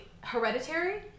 hereditary